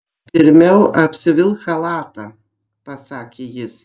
pirmiau apsivilk chalatą pasakė jis